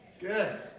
Good